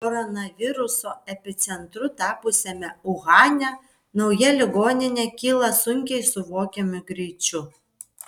koronaviruso epicentru tapusiame uhane nauja ligoninė kyla sunkiai suvokiamu greičiu